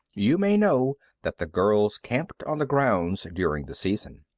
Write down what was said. you may know that the girls camped on the grounds during the season.